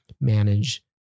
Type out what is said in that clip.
manage